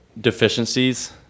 deficiencies